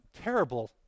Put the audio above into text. terrible